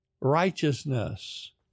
righteousness